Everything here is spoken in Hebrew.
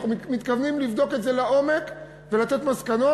אנחנו מתכוונים לבדוק את זה לעומק ולתת מסקנות.